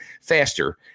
faster